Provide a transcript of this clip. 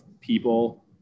people